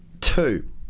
Two